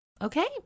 Okay